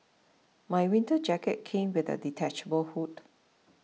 my winter jacket came with a detachable hood